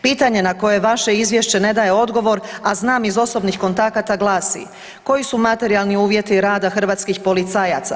Pitanje na koje vaše izvješće ne daje odgovor, a znam iz osobnih kontakata glasi: koji su materijalni uvjeti rada hrvatskih policajaca?